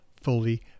fully